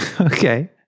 Okay